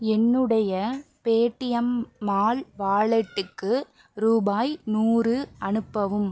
என்னுடைய Paytm mall வாலெட்டுக்கு ரூபாய் நூறு அனுப்பவும்